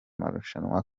marushanwa